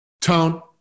Tone